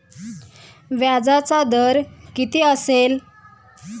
व्याजाचा दर किती असेल?